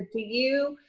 but do you,